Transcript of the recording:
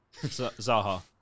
Zaha